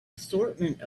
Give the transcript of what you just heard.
assortment